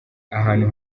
ahantu